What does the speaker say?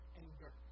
anger